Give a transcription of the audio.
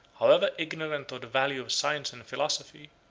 however ignorant of the value of science and philosophy,